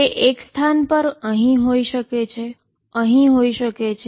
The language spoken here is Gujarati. તે એક પોઝિશન પર અહીં હોઈ શકે છે તે અહીં હોઈ શકે છે